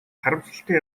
харамсалтай